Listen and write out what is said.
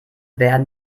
werden